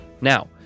Now